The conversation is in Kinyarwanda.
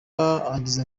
yagize